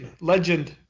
legend